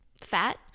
fat